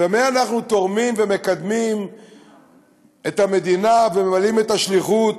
במה אנחנו תורמים ומקדמים את המדינה וממלאים את השליחות